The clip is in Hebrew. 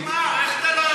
איך אתה לא יודע?